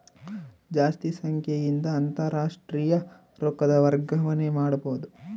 ಜಾಸ್ತಿ ಸಂಖ್ಯೆಯಿಂದ ಅಂತಾರಾಷ್ಟ್ರೀಯ ರೊಕ್ಕದ ವರ್ಗಾವಣೆ ಮಾಡಬೊದು